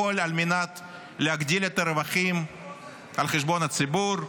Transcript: הכול על מנת להגדיל את הרווחים על חשבון ציבור,